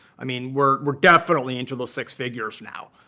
i mean, we're we're definitely into the six figures now.